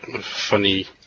funny